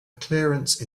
clearance